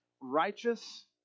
righteous